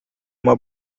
uma